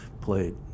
played